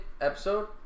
episode